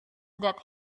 that